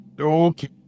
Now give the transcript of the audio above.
Okay